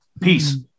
Peace